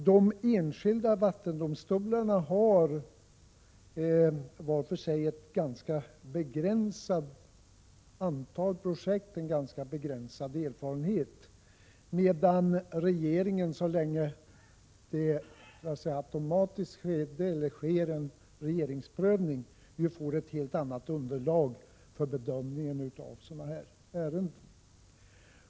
De enskilda vattendomstolarna har, var för sig, ett ganska begränsat antal projekt att bedöma, en ganska begränsad erfarenhet, medan regeringen — så länge det automatiskt sker en regeringsprövning — får ett helt annat underlag för bedömning av dylika ärenden.